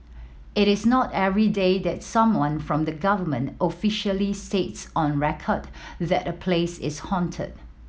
it is not everyday that someone from the government officially states on record that a place is haunted